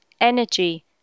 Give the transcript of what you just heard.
energy